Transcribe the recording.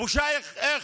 הבושה, איך?